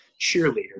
cheerleader